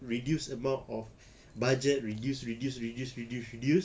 reduced amount of budget reduce reduce reduce reduce reduce